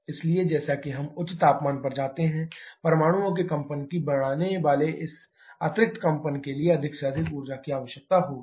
इसलिए जैसा कि हम उच्च तापमान पर जाते हैं परमाणुओं के कंपन को बढ़ाने वाले इस अतिरिक्त कंपन के लिए अधिक से अधिक ऊर्जा की आवश्यकता होगी